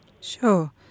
Sure